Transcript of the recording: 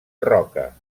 roca